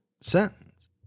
sentence